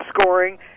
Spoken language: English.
scoring